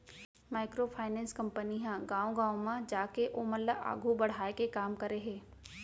micro finance company ह गाँव गाँव म जाके ओमन ल आघू बड़हाय के काम करे हे